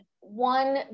one